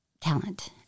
talent